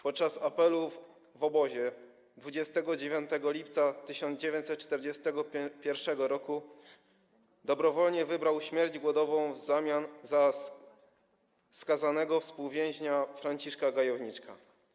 Podczas apelu w obozie 29 lipca 1941 r. dobrowolnie wybrał śmierć głodową w zamian za skazanego współwięźnia Franciszka Gajowniczka.